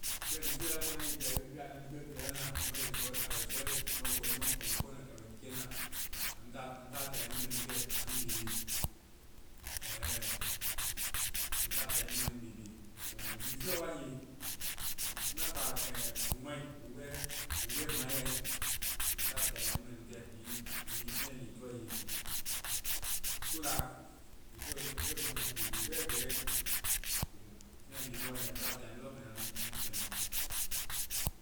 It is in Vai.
Bɛmãa lifiɔ a bɔaŋnde, kɛ i bɛ a anua liikɛikuuɛ laŋna. Mɔɛ bɛ suuɔ-a bɛ suuɔ plum kɔngɛnuɔ. kɔnjɛ kɔŋngɛ lɔ. A bɛ liikɛ na. Anu ta-anu ta taaŋ mɛ nu kɛ anui bebe. Ɛɛhɛ. Anu ta mɛ taai anui bebe. Komu lifiɔ wae nge, i ma kpa wuu mai. Wuu bɛ-wuu bɛ manyae. Anu ta taai mɛ nu kɛ. Hiŋi feŋ nge tɔɛ nge? Tolaa!. Lifiɔ-lifiɔ mu anui bebe bɛ gbɛlɛŋ. Komu feŋ binunu wae, anu ta taai mɛ lɔɔ nu anui fɛŋma.